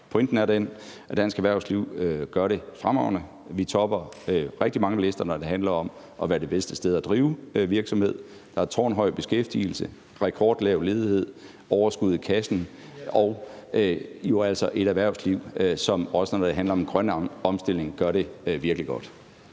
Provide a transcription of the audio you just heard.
Pointen er den, at dansk erhvervsliv gør det fremragende. Vi topper rigtig mange lister, når det handler om at være det bedste sted at drive virksomhed. Der er tårnhøj beskæftigelse, rekordlav ledighed, overskud i kassen og jo altså et erhvervsliv, som, også når det handler om grøn omstilling, gør det virkelig godt.